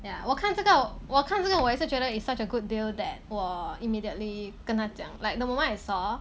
ya 我看这个我看这个我也是觉得 it's such a good deal that 我 immediately 跟他讲 like the moment I saw